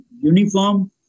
uniform